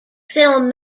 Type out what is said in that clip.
film